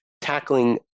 tackling